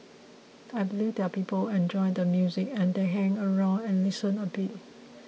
I believe there are people enjoy the music and they hang around and listen a bit